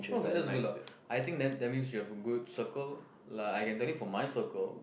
okay that's good lah I think then that means you have a good circle like I can tell you for my circle